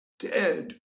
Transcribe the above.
Dead